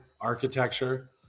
architecture